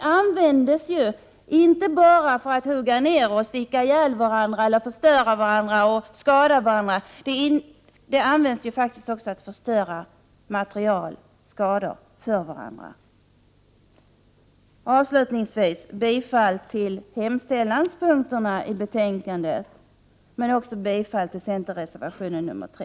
Man använder ju knivar inte bara för att hugga ner varandra, sticka ihjäl varandra och skada varandra utan också för att förstöra saker och ting och åstadkomma materiella skador för varandra. Avslutningsvis vill jag yrka bifall till utskottets hemställan på samtliga punkter i betänkandet men också bifall till centerreservationen nr 3.